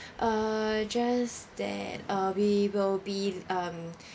uh just that uh we will be um